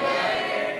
מי נגד ההסתייגות?